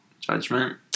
judgment